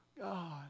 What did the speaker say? God